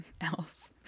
else